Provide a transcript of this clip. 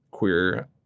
queer